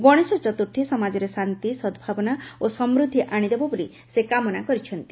ଗଣେଶ ଚତୁର୍ଥୀ ସମାଜରେ ଶାନ୍ତି ସଦ୍ଭାବନା ଓ ସମୃଦ୍ଧି ଆଶିଦେବ ବୋଲି ସେ କାମନା କରିଛନ୍ତି